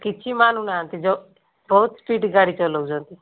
କିଛି ମାନୁ ନାହାନ୍ତି ଯେଉଁ ବହୁତ ସ୍ପୀଡ଼ ଗାଡ଼ି ଚଲାଉଛନ୍ତି